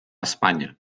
espanya